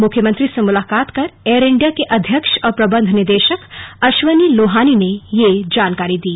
मुख्यमंत्री से मुलाकात कर एयर इंडिया के अध्यक्ष और प्रबन्ध निदेशक अश्वनी लोहानी ने यह जानकारी दी